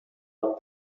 off